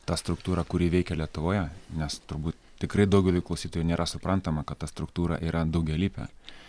ta struktūra kuri veikia lietuvoje nes turbūt tikrai daugeliui klausytojų nėra suprantama kad ta struktūra yra daugialypė